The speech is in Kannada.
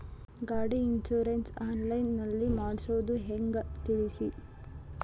ಗಾಡಿ ಇನ್ಸುರೆನ್ಸ್ ಆನ್ಲೈನ್ ನಲ್ಲಿ ಮಾಡ್ಸೋದು ಹೆಂಗ ತಿಳಿಸಿ?